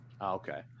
okay